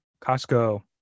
Costco